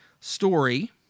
story